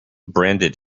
branded